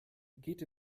geht